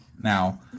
now